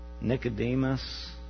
Nicodemus